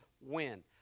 win